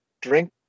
drink